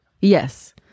Yes